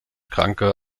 kranke